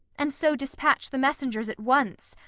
and so dispatch the messengers at once,